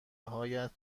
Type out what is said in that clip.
هایت